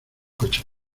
coche